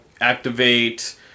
activate